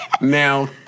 Now